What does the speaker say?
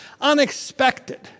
unexpected